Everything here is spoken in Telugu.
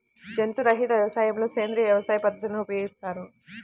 జంతు రహిత వ్యవసాయంలో సేంద్రీయ వ్యవసాయ పద్ధతులను ఉపయోగిస్తారు